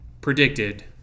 predicted